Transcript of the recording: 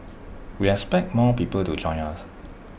we expect more people to join us